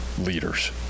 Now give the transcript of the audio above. leaders